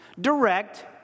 direct